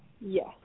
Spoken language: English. Yes